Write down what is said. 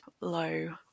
low